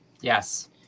Yes